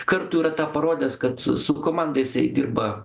kartų yra tą parodęs kad su su komanda jisai dirba